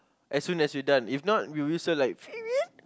as soon as we done if not we whistle like